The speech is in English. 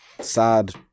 sad